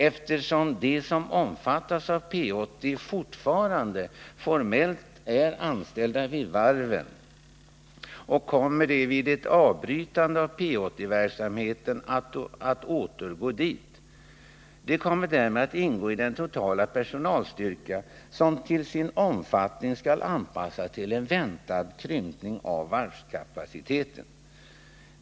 Eftersom de som omfattats av P 80 fortfarande formellt är anställda vid varven kommer de vid ett avbrytande av P 80-verksamheten att återgå dit. De kommer därmed att ingå i den totala personalstyrka som skall anpassas till en väntad krympning av varvskapaciteten.